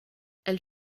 elle